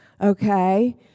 Okay